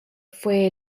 fue